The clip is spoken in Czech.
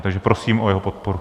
Takže prosím o jeho podporu.